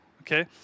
okay